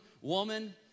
woman